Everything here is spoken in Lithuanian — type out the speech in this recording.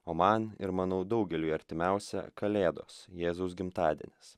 o man ir manau daugeliui artimiausia kalėdos jėzaus gimtadienis